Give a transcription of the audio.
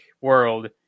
world